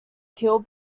kill